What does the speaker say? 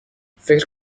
فکر